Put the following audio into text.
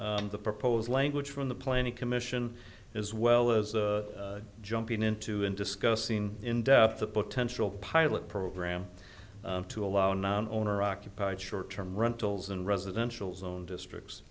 discussed the proposed language from the planning commission as well as jumping into and discussing in depth the potential pilot program to allow non owner occupied short term rentals and residential zone districts